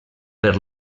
per